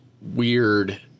weird